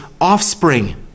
offspring